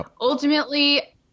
ultimately